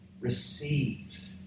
receive